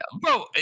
bro